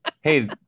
Hey